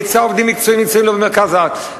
היצע עובדים מקצועי נמצא לו במרכז הארץ,